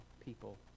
people